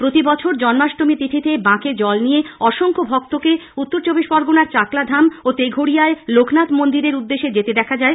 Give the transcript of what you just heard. প্রতিবছর জন্মাষ্টমী তিথিতে বাঁকে জল নিয়ে অসংখ্য ভক্তকে উত্তর চব্বিশ পরগনার চাকলাধাম ও তেঘড়িয়ায় লোকনাথ মন্দিরের উদ্দেশে যেতে দেখা যায়